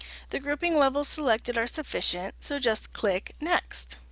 the grouping levels selected are sufficient, so just click next.